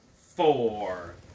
four